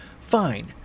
Fine